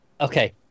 Okay